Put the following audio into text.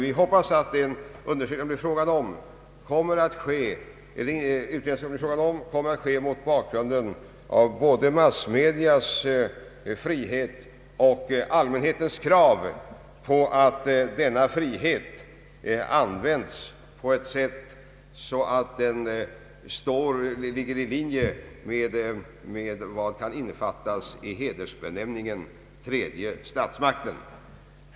Vi hoppas att den utredning det blir fråga om kommer att ske mot bakgrunden av både massmedias frihet och allmänhetens krav på att denna frihet används på ett sätt som ligger i linje med vad som kan innefattas i hedersbenämningen den tredje statsmakten.